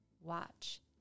Watch